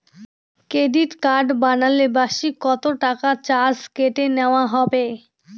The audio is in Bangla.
ক্রেডিট কার্ড বানালে বার্ষিক কত টাকা চার্জ কেটে নেওয়া হবে?